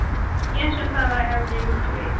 کیٚنٛہہ چھُنہٕ پَرواے ایٚویلیبٔل چھُ ییٚتہِ